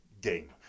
game